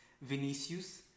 vinicius